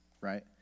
right